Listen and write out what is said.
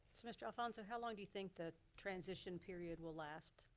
so mr. alfonso, how long do you think the transition period will last,